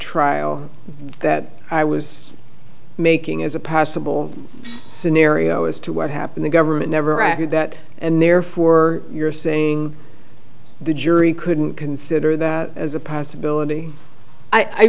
trial that i was making as a possible scenario as to what happened the government never argued that and therefore you're saying the jury couldn't consider that as a possibility i